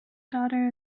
daughter